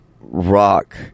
Rock